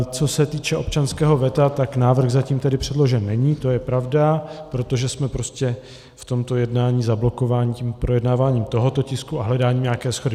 Co se týče občanského veta, tak návrh zatím předložen není, to je pravda, protože jsme prostě v tomto jednání zablokováni projednáváním tohoto tisku a hledáním nějaké shody.